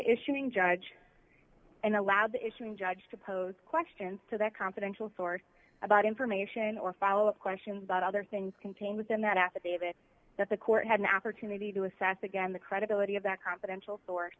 issuing judge and allowed the issuing judge to pose questions to that confidential source about information or follow up questions about other things contained within that affidavit that the court had an opportunity to assess again the credibility of that confidential source